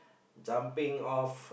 jumping off